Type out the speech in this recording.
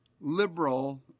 liberal